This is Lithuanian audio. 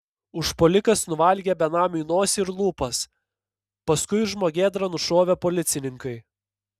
užpuolikas nuvalgė benamiui nosį ir lūpas paskui žmogėdrą nušovė policininkai